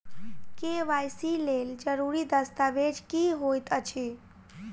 KYC लेल जरूरी दस्तावेज की होइत अछि?